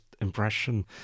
impression